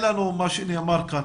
מה שנאמר כאן,